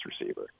receiver